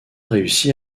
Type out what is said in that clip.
réussi